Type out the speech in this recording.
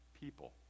people